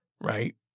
right